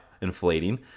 inflating